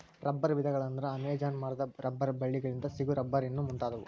ರಬ್ಬರ ವಿಧಗಳ ಅಂದ್ರ ಅಮೇಜಾನ ಮರದ ರಬ್ಬರ ಬಳ್ಳಿ ಗಳಿಂದ ಸಿಗು ರಬ್ಬರ್ ಇನ್ನು ಮುಂತಾದವು